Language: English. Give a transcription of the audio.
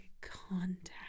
contact